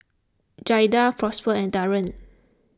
Jaida Prosper and Darien